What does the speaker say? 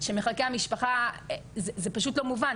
שמחלקי המשפחה זה פשוט לא מובן,